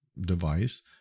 device